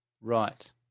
Right